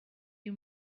you